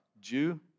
Jew